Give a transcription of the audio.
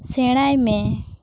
ᱥᱮᱬᱟᱭᱢᱮ